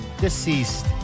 deceased